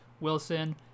Wilson